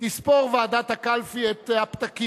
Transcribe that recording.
תספור ועדת הקלפי את הפתקים.